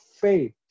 faith